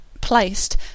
placed